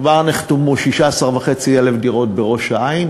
כבר נחתמו מכרזים על 16,500 דירות בראש-העין,